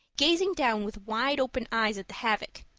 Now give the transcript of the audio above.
gazing down with wide-open eyes at the havoc.